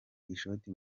ishoti